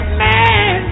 man